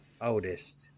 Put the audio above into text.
Oldest